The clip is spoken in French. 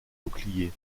bouclier